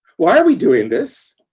why are we doing this?